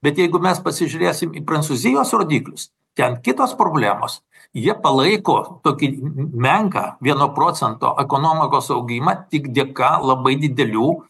bet jeigu mes pasižiūrėsim į prancūzijos rodiklius ten kitos problemos jie palaiko tokį menką vieno procento ekonomikos augimą tik dėka labai didelių